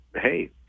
hey